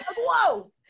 whoa